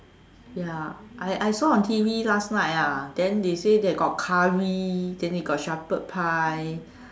ya I I saw on T_V last night ah then they say they got curry then they got shepherd pie